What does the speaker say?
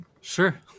Sure